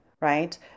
right